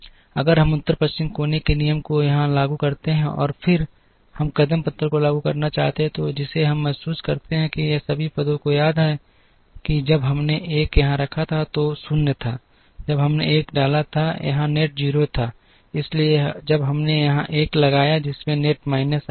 और अगर हम उत्तर पश्चिम कोने के नियम को यहाँ लागू करते हैं और फिर हम कदम पत्थर को लागू करना चाहते हैं जिसे हम महसूस करते हैं कि सभी पदों को याद है कि जब हमने 1 यहाँ रखा था तो 0 था जब हमने 1 डाला यहाँ नेट 0 था लेकिन जब हमने यहां एक 1 लगाया जिसमें नेट माइनस i था